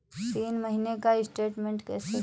तीन महीने का स्टेटमेंट कैसे लें?